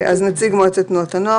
אז נציג מועצת תנועות הנוער,